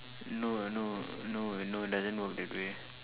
no no no no doesn't work that way